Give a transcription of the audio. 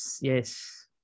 Yes